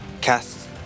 cast